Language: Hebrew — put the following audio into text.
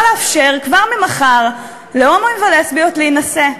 לאפשר כבר ממחר להומואים ולסביות להינשא.